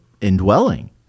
indwelling